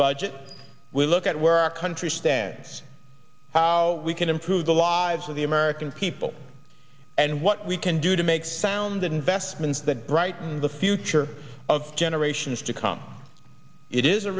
budget we'll look at where our country stands how we can improve the lives of the american people and what we can do to make sound investments that brighten the future of generations to come it is a